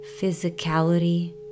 physicality